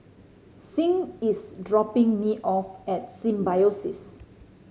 Sing is dropping me off at Symbiosis